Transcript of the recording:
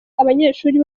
abanyeshuri